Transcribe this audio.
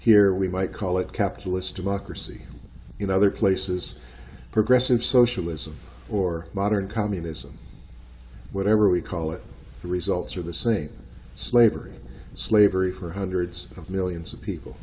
here we might call it capitalist democracy in other places progressive socialism or modern communism whatever we call it the results are the same slavery slavery for hundreds of millions of people